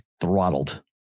throttled